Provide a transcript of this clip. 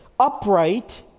Upright